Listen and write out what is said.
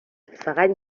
فقط